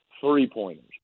three-pointers